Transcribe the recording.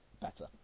better